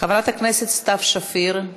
חברת הכנסת סתיו שפיר,